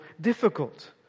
difficult